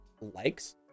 likes